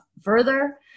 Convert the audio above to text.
further